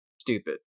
stupid